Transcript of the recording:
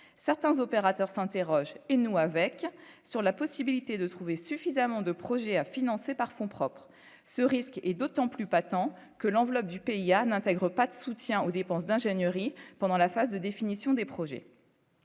certains opérateurs s'interrogent et nous avec, sur la possibilité de trouver suffisamment de projets à financer par fonds propres, ce risque est d'autant plus, pas tant que l'enveloppe du pays a n'intègre pas de soutien aux dépenses d'ingénieurs et pendant la phase de définition des projets.